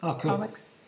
comics